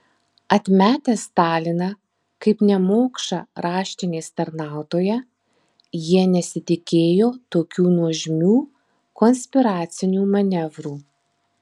atmetę staliną kaip nemokšą raštinės tarnautoją jie nesitikėjo tokių nuožmių konspiracinių manevrų